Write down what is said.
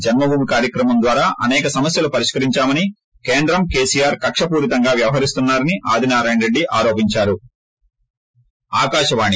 జన్మభూమి కార్యక్రమం ద్వారా అసేక సమస్యలు పరిష్కరించామని కేంద్రం కేసీఆర్ కకపూరితంగా వ్యవహరిస్తున్నా రని ఆదినారాయణరెడ్డి ఆరోపించారు